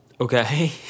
Okay